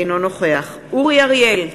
אינו נוכח אורי אריאל,